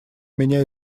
меня